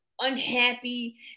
unhappy